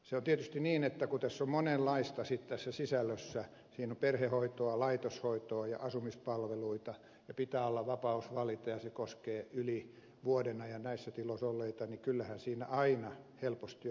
se on tietysti niin että kun tässä sisällössä on monenlaista siinä on perhehoitoa laitoshoitoa ja asumispalveluita ja pitää olla vapaus valita ja se koskee yli vuoden ajan näissä tiloissa olleita niin kyllähän siinä aina helposti on ongelmia